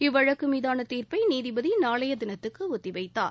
இவ்வழக்கு மீதான தீர்ப்பை நீதிபதி நாளைய தினத்துக்கு ஒத்திவைத்தார்